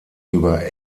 über